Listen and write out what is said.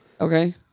Okay